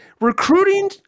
recruiting